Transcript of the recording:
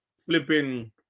flipping